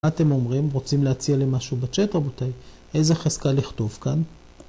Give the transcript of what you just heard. מה אתם אומרים רוצים להציע לי משהו בצ'אט רבותיי? איזה חזקה לכתוב כאן?